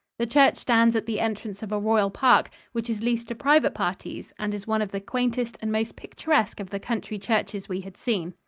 the church stands at the entrance of a royal park, which is leased to private parties and is one of the quaintest and most picturesque of the country churches we had seen.